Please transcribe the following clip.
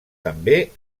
també